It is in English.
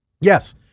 Yes